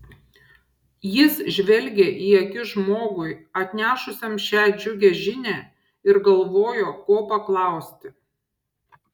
jis žvelgė į akis žmogui atnešusiam šią džiugią žinią ir galvojo ko paklausti